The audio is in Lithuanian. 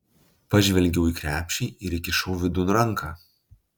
pažvelgiau į krepšį ir įkišau vidun ranką